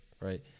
right